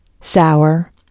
sour